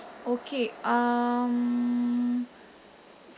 okay um